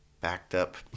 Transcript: backed-up